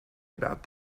about